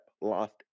lost